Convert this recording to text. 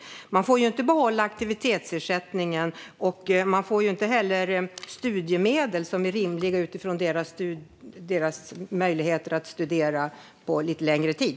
Den här gruppen får inte behålla aktivitetsersättningen, och de får inte heller studiemedel som är rimliga utifrån deras möjligheter att studera på lite längre tid.